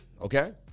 okay